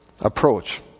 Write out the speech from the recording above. approach